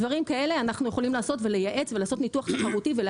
דברים כאלה אנחנו יכולים לעשות ולייעץ ולעשות ניתוח תחרותי.